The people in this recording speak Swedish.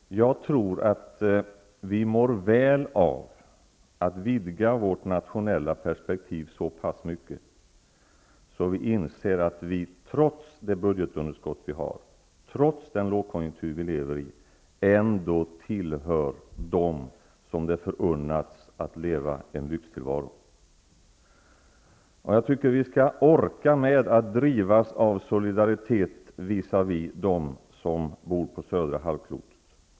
Jag tror att vi mår väl av att vidga vårt nationella perspektiv så pass mycket att vi inser att vi, trots det budgetunderskott som råder, trots den lågkonjunktur vi lever i, ändå tillhör dem som det förunnats att leva en lyxtillvaro. Jag tycker att vi skall orka med att drivas av solidaritet visavi dem som bor på södra halvklotet.